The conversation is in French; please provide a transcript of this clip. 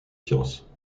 sciences